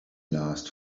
last